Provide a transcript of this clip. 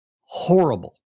Horrible